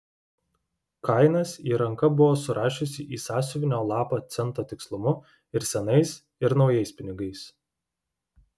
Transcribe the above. kainas ji ranka buvo surašiusi į sąsiuvinio lapą cento tikslumu ir senais ir naujais pinigais